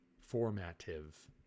Formative